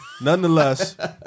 nonetheless